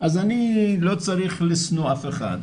אז אני לא צריך לשנוא אף אחד,